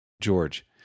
George